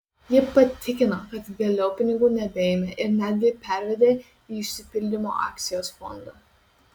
ji patikino kad vėliau pinigų nebeėmė ir netgi pervedė į išsipildymo akcijos fondą